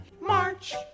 March